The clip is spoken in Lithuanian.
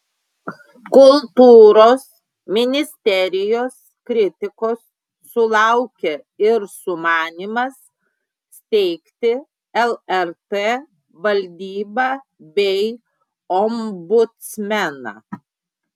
kultūros ministerijos kritikos sulaukė ir sumanymas steigti lrt valdybą bei ombudsmeną